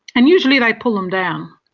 and usually they pull them down.